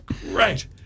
Great